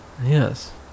Yes